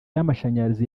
y’amashanyarazi